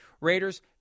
Raiders